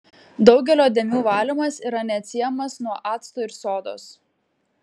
daugelio dėmių valymas yra neatsiejamas nuo acto ir sodos